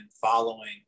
following